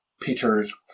peter's